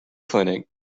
clinic